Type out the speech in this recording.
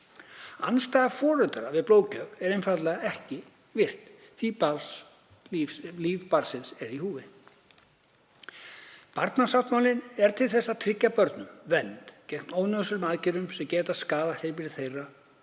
Andstaða foreldra við blóðgjöf er einfaldlega ekki virt því að líf barnsins er í húfi. Barnasáttmálinn er til þess að tryggja börnum vernd gegn ónauðsynlegum aðgerðum sem geta skaðað heilbrigði þeirra